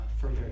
further